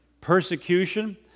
persecution